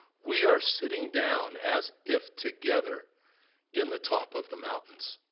we are sitting down as if together in the top of the mountains.